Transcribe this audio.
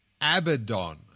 Abaddon